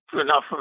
enough